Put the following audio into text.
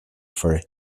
for